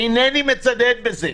אינני מצדד בזה,